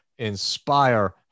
inspire